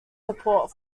support